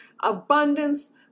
abundance